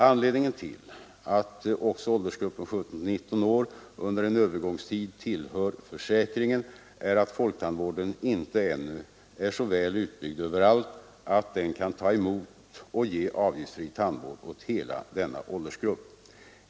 Anledningen till att också åldersgruppen 17—19 år under en övergångstid tillhör försäkringen är att folktandvården ännu inte är så väl utbyggd överallt att den kan ta emot och ge avgiftsfri tandvård åt hela denna åldersgrupp.